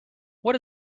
what